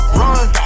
run